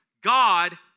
God